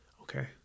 Okay